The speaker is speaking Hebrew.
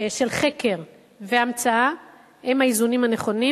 של חקר והמצאה הם האיזונים הנכונים,